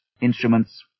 instruments